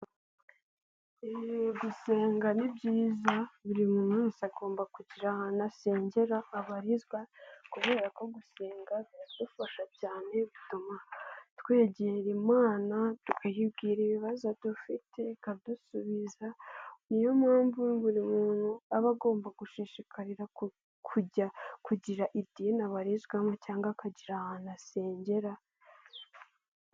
Gusenga ni byiza buri muntu wese agomba kugira ahantu asengera, abarizwa kubera ko gusenga biradufasha cyane. Bituma twegera imana tukayibwira ibibazo dufite ikadusubiza. Niyo mpamvu buri muntu aba agomba gushishikarira kugira idini abarizwamo cyangwa akagira ahantu asengera.